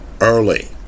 early